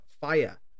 fire